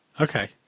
Okay